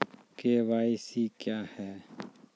KYC क्या हैं?